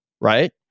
right